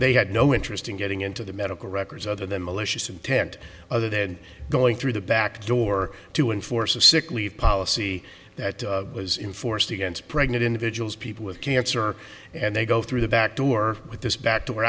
they had no interest in getting into the medical records other than malicious intent other than going through the back door to enforce a sick leave policy that was in force against pregnant individuals people with cancer and they go through the back door with this back